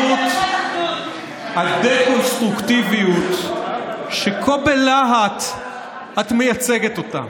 ובגנות הדה-קונסטרוקטיביות שכה בלהט את מייצגת אותם,